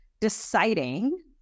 deciding